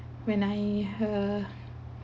when I uh